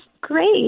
great